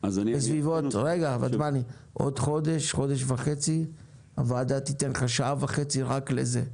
בסביבות עוד חודש-חודש וחצי הוועדה תתן לך שעה וחצי רק לזה.